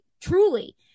truly